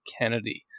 Kennedy